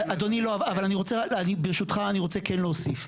אדוני לא, אבל ברשותך אני רוצה כן להוסיף.